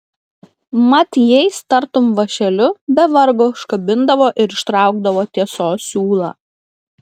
mat jais tartum vąšeliu be vargo užkabindavo ir ištraukdavo tiesos siūlą